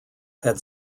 had